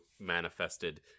manifested